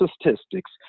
statistics